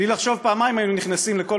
בלי לחשוב פעמיים היינו נכנסים לכל